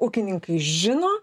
ūkininkai žino